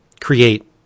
create